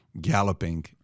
galloping